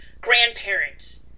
grandparents